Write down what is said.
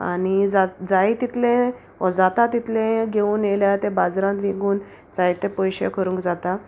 आनी जात जाय तितलें वो जाता तितलें घेवन येयल्यार तें बाजारांत विकून जायते पोयशे कोरूंक जाता